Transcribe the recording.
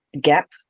gap